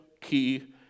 key